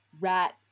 rat